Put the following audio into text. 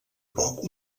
poc